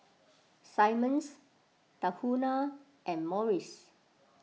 Simmons Tahuna and Morries